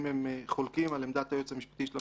אם הם חולקים על עמדת היועץ המשפטי של המשרד,